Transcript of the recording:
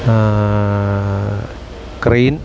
crain